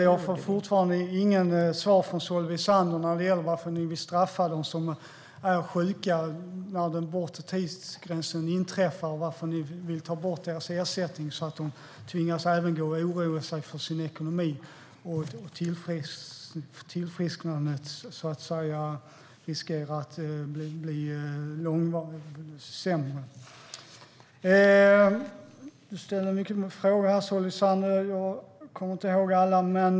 Jag får fortfarande inget svar från Solveig Zander när det gäller varför ni vill straffa dem som är sjuka när den bortre tidsgränsen inträffar och varför ni vill ta bort deras ersättning så att de tvingas oroa sig för sin ekonomi och tillfrisknandet riskerar att bli sämre. Du ställde många frågor, Solveig Zander, och jag kommer inte ihåg alla.